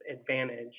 advantage